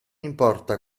importa